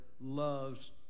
loves